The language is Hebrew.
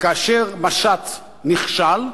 כאשר משט נכשל,